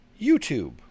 YouTube